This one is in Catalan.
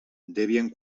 debian